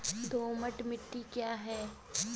दोमट मिट्टी क्या है?